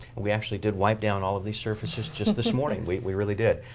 we actually did wipe down all of these surfaces just this morning. we we really did.